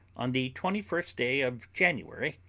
on the twenty first day of january,